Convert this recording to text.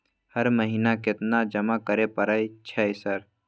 हर महीना केतना जमा करे परय छै सर?